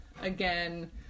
again